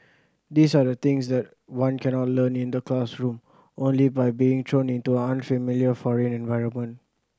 these are the things that one cannot learn in the classroom only by being thrown into an unfamiliar foreign environment